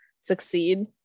succeed